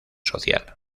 social